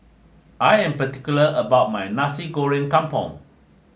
I am particular about my Nasi Goreng Kampung